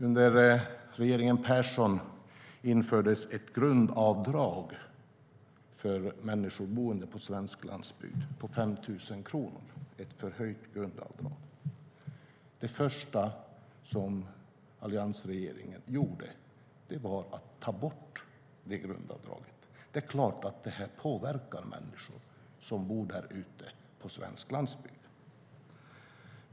Under regeringen Persson infördes ett förhöjt grundavdrag på 5 000 kronor för människor boende på svensk landsbygd. Det första som alliansregeringen gjorde var att ta bort det grundavdraget. Det är klart att det här påverkar människor som bor på svensk landsbygd.